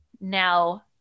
Now